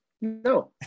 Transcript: no